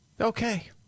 Okay